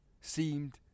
seemed